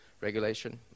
regulation